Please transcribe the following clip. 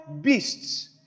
beasts